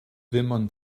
wimmern